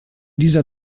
dieser